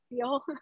feel